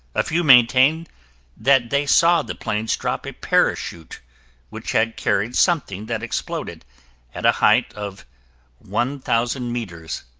a few maintained that they saw the planes drop a parachute which had carried something that exploded at a height of one thousand meters.